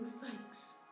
thanks